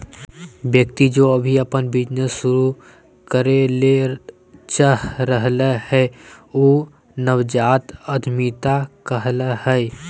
व्यक्ति जे अभी अपन बिजनेस शुरू करे ले चाह रहलय हें उ नवजात उद्यमिता कहला हय